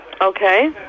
Okay